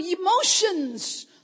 emotions